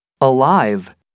Alive